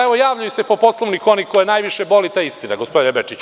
Evo, javljaju se po Poslovniku oni koje najviše boli ta istina gospodine Bečiću.